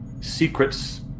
secrets